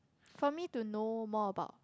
for me to know more about